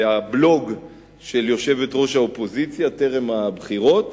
לבלוג של יושבת-ראש האופוזיציה טרם הבחירות